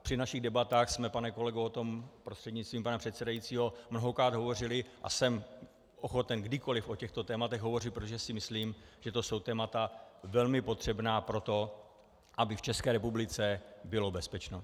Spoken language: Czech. Při našich debatách, pane kolego prostřednictvím pana předsedajícího, jsme o tom mnohokrát hovořili a jsem ochoten kdykoliv o těchto tématech hovořit, protože si myslím, že to jsou témata velmi potřebná pro to, aby v České republice bylo bezpečno.